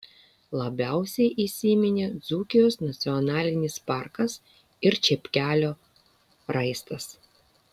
labiausiai įsiminė dzūkijos nacionalinis parkas ir čepkelių raistas